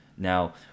Now